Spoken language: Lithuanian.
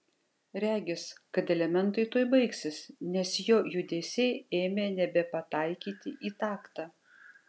regis kad elementai tuoj baigsis nes jo judesiai ėmė nebepataikyti į taktą